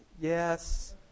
yes